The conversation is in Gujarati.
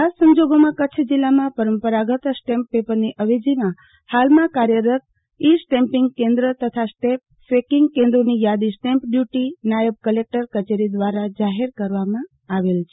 આ સંજોગોમાં કરીછે જીલ્લામાં પરંપરાગત સ્ટેમ્પ પેપરની અવેજીમાં ફાલમાં કાર્યરત ઈ સ્ટેમ્પીંગ કેન્દ્ર તથા સ્ટેમ્પ ફેકીંગની યાદી સ્ટેમ્પ ડયુટી નાયબ કલેકટર કચેરી દ્વારા જાહેર કરવામાં આવેલ છે